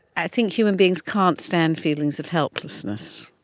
i think human beings can't stand feelings of helplessness.